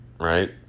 Right